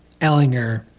Ellinger